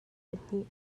pahnih